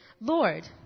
Lord